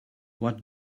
what